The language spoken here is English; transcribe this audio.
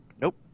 Nope